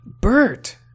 Bert